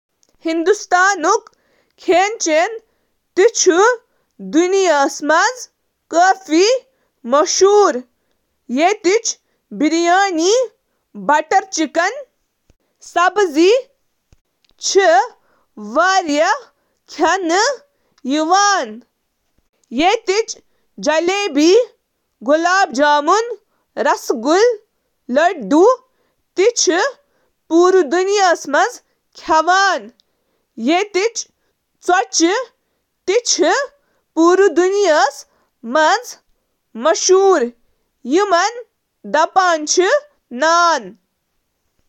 ہِنٛدُستٲنہِ ضِیافتن ہِنٛدیٚن سٹیپل کھیٚنَن منٛز چھِ موتی باجرا باجرا ، توٚمُل، پوٗرٕ کٔنٕک اوٹآ، تہٕ مُختٔلِف قٕسمٕک دالہٕ، یِتھ کٔنۍ زَن مسور اکثر وۄزُل دالہٕ ، ٹیور ,کبوتر مٹر ، اڑد ,کرٛہُن چنہٕ ، تہٕ مونگ, مونگ پھلۍ شٲمِل۔